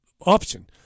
option